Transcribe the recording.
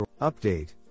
Update